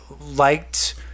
liked